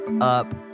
up